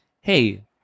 hey